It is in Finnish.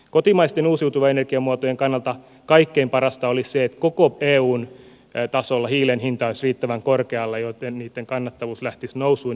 kotimaisten uusiutuvien energiamuotojen kannalta kaikkein parasta olisi se että koko eun tasolla hiilen hinta olisi riittävän korkealla jotta niitten kannattavuus lähtisi nousuun